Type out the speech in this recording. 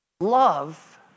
Love